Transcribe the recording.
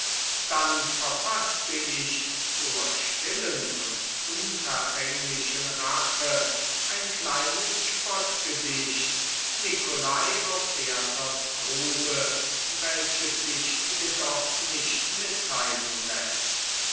dann verfaßte ich zur stillen und unverfänglichen rache ein kleines spottgedicht nicolai auf werthers grube welches sich jedoch nicht mitteilen läßt